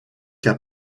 qu’à